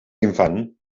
infant